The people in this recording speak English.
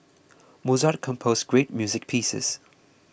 Mozart composed great music pieces